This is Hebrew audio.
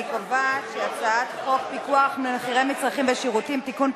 אני קובעת שהצעת חוק פיקוח על מחירי מצרכים ושירותים (תיקון,